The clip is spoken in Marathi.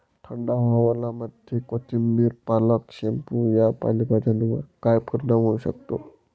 थंड हवामानामध्ये कोथिंबिर, पालक, शेपू या पालेभाज्यांवर काय परिणाम होऊ शकतो?